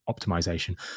optimization